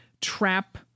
trap